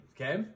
okay